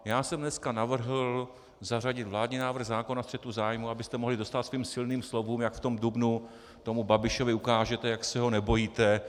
Já jsem dneska navrhl zařadit vládní návrh zákona o střetu zájmů, abyste mohli dostát svým silným slovům, jak v tom dubnu tomu Babišovi ukážete, jak se ho nebojíte.